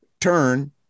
turn